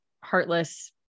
heartless